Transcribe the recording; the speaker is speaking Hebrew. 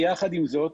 יחד עם זאת,